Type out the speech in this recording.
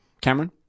Cameron